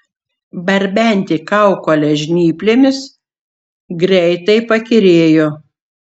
barbenti kaukolę žnyplėmis greitai pakyrėjo